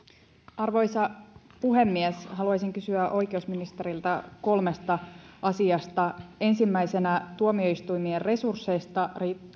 arvoisa puhemies haluaisin kysyä oikeusministeriltä kolmesta asiasta ensimmäisenä tuomioistuimien resursseista